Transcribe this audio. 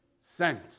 sent